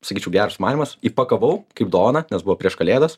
sakyčiau geras sumanymas įpakavau kaip dovaną nes buvo prieš kalėdas